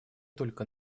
только